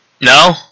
No